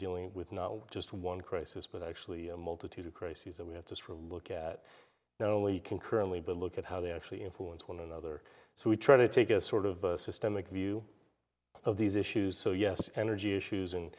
dealing with not just one crisis but actually a multitude of crises that we have to look at now only concurrently but look at how they actually influence one another so we try to take a sort of systemic view of these issues so yes energy issues and